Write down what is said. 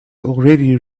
already